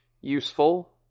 useful